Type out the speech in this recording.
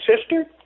sister